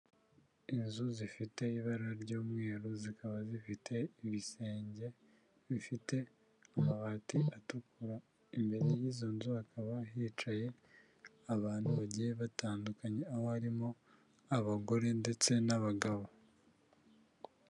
Inzu zifite ibara ry'umweru zikaba zifite ibisenge bifite amabati atukura, imbere y'izo nzu hakaba hicaye abantu bagiye batandukanye, aho harimo abagore ndetse n'abagabo.